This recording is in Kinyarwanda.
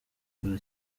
gukora